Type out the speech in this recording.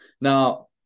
now